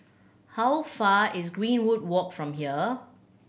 how far is Greenwood Walk from here